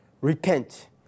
Repent